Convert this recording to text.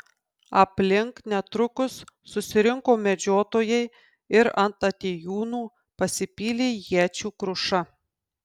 aplink netrukus susirinko medžiotojai ir ant atėjūnų pasipylė iečių kruša